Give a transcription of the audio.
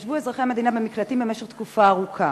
ישבו אזרחי המדינה במקלטים במשך תקופה ארוכה.